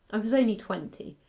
i was only twenty,